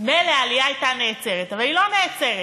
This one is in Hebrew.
מילא העלייה הייתה נעצרת, אבל היא לא נעצרת.